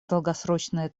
долгосрочная